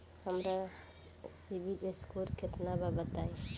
हमार CIBIL score केतना बा बताईं?